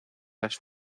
las